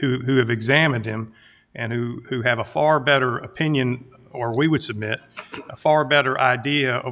who have examined him and who who have a far better opinion or we would submit a far better idea of